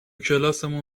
کلاسمون